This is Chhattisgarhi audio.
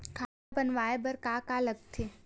खाता बनवाय बर का का लगथे?